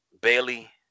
Bailey